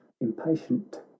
impatient